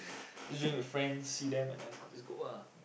just drink with friends see them and then just go ah